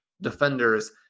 defenders